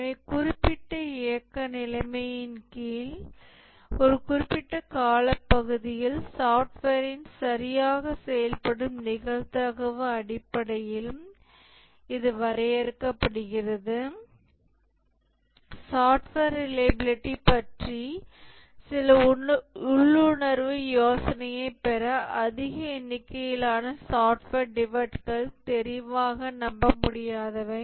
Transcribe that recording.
எனவே குறிப்பிட்ட இயக்க நிலைமையின் கீழ் ஒரு குறிப்பிட்ட காலப்பகுதியில் சாஃப்ட்வேரின் சரியாக செயல்படும் நிகழ்தகவு அடிப்படையில் இது வரையறுக்கப்படுகிறது சாஃப்ட்வேர் ரிலையபிலிடி பற்றி சில உள்ளுணர்வு யோசனையைப் பெற அதிக எண்ணிக்கையிலான சாஃப்ட்வேர் டிபெக்ட்கள் தெளிவாக நம்பமுடியாதவை